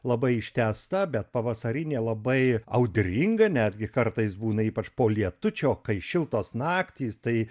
labai ištęsta bet pavasarinė labai audringa netgi kartais būna ypač po lietučio kai šiltos naktys tai